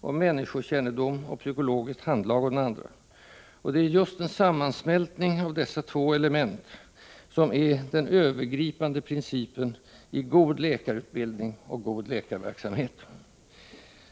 och människokännedom och psykologiskt handlag å den andra. Det är just en sammansmältning av dessa två element som är den övergripande principen i god läkarutbildning och läkarverksamhet.